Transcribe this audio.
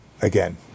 again